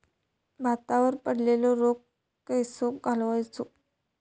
भातावर पडलेलो रोग कसो घालवायचो?